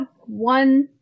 one